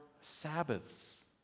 Sabbaths